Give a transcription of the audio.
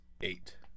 eight